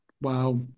Wow